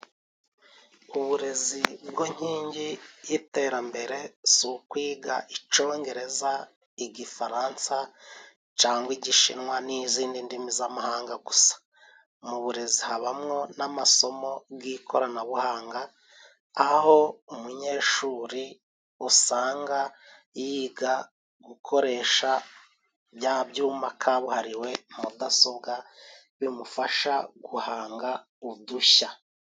Uburezi bwo nkingi y'iterambere si ukwiga icongereza, igifaransa cangwa igishinwa n'izindi ndimi z'amahanga gusa, mu burezi habamo n'amasomo g'ikoranabuhanga, aho umunyeshuri usanga yiga gukoresha bya byuma kabuhariwe mudasobwa bimufasha guhanga udushya.